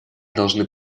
должны